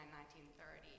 1930